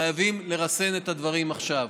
חייבים לרסן את הדברים עכשיו.